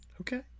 Okay